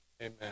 amen